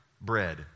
bread